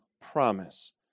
promise